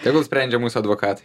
tegul sprendžia mūsų advokatai